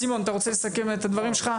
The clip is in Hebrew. סימון אתה רוצה לסכם את הדברים שלך?